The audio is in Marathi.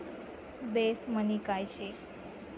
बेस मनी काय शे?